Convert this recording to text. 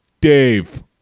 Dave